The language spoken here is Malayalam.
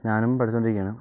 ഞാനും പഠിച്ചുകൊണ്ടിരിക്കുകയാണ്